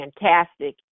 fantastic